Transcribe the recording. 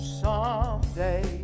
someday